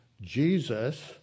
Jesus